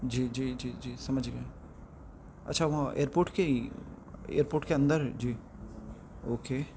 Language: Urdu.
جی جی جی جی سمجھ گیا اچھا وہاں ائرپورٹ کے ہی ایئرپورٹ کے اندر جی اوکے